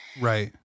Right